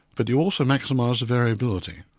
but you also maximise the variability.